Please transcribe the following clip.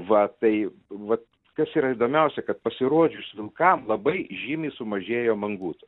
va tai vat kas yra įdomiausia kad pasirodžius vilkam labai žymiai sumažėjo mangutų